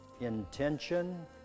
intention